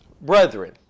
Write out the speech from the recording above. Brethren